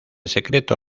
secreto